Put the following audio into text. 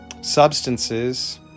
substances